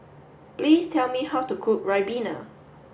please tell me how to cook Ribena